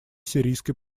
сирийской